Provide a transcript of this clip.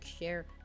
share